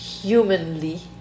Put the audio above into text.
humanly